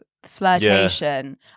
Flirtation